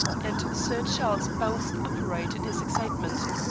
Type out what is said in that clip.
and sir charles bounced upright in his excitement.